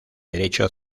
derecho